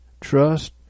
trust